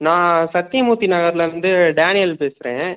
நான் சத்தியமூர்த்தி நகர்லிருந்து டேனியல் பேசுறேன்